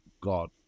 god